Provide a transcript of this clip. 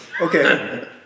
Okay